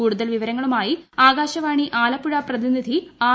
കൂടുതൽ വിവരങ്ങളുമായി ആകാശവാണി ആലപ്പുഴ പ്രതിനിധി ആർ